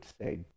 say